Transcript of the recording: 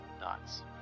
nuts